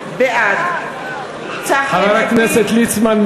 בעד חבר הכנסת ליצמן,